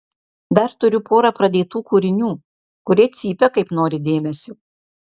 dar turiu porą pradėtų kūrinių kurie cypia kaip nori dėmesio